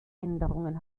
änderungen